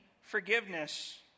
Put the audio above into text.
forgiveness